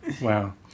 Wow